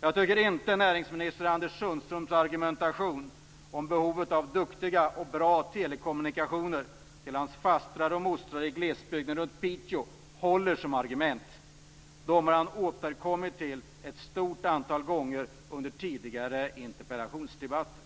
Jag tycker inte att näringsminister Anders Sundströms argumentation om behovet av bra telekommunikationer till hans fastrar och mostrar i glesbygden runt Piteå håller som argument. Han har återkommit till dem vid ett flertal tillfällen under tidigare interpellationsdebatter.